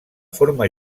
forma